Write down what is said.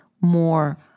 more